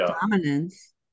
dominance